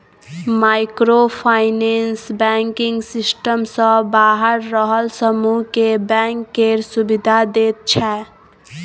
micro finance banking system सँ बाहर रहल समुह केँ बैंक केर सुविधा दैत छै